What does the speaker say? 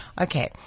Okay